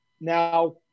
now